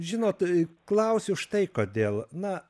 žinot klausiu štai kodėl na